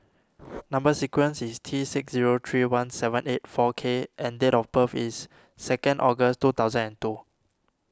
Number Sequence is T six zero three one seven eight four K and date of birth is second August two thousand and two